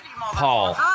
Paul